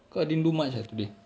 because I didn't do much uh today